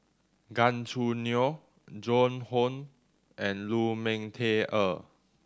Gan Choo Neo Joan Hon and Lu Ming Teh Earl